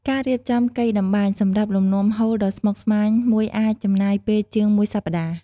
ការរៀបចំកីតម្បាញសម្រាប់លំនាំហូលដ៏ស្មុគស្មាញមួយអាចចំណាយពេលជាងមួយសប្តាហ៍។